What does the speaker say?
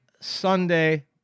Sunday